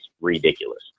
ridiculous